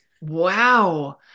Wow